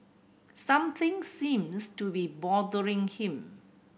something seems to be bothering him